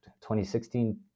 2016